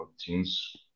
teams